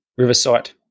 Riversite